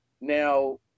Now